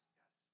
yes